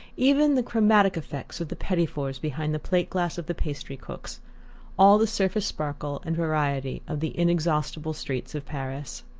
even the chromatic effects of the petits fours behind the plate-glass of the pastry-cooks all the surface-sparkle and variety of the inexhaustible streets of paris.